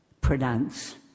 pronounce